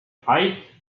fight